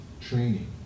training